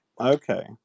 Okay